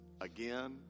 again